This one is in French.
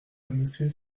monsieur